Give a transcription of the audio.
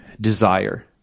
desire